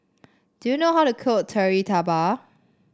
do you know how to cook Kari Debal